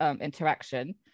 interaction